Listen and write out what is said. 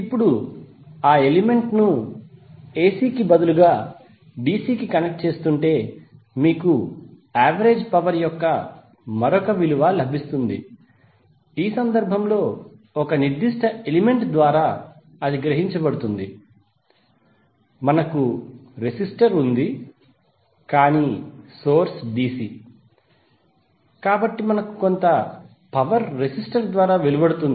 ఇప్పుడు మీరు ఆ ఎలిమెంట్ ను AC కి బదులుగా DC కి కనెక్ట్ చేస్తుంటే మీకు యావరేజ్ పవర్ యొక్క మరొక విలువ లభిస్తుంది ఈ సందర్భంలో ఒక నిర్దిష్ట ఎలిమెంట్ ద్వారా గ్రహించబడుతుంది మనకు రెసిస్టర్ ఉంది కానీ సోర్స్ DC కాబట్టి మనకు కొంత పవర్ రెసిస్టర్ ద్వారా వెలువడుతుంది